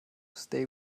stay